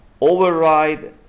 override